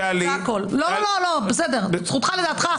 זכותך לדעתך.